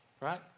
right